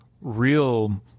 real